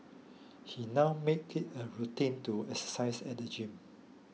he now makes it a routine to exercise at the gym